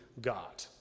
God